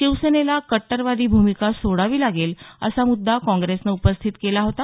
शिवसेनेला कट्टरवादी भूमिका सोडावी लागेल असा मुद्दा काँग्रेसनं उपस्थित केला होता